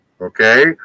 okay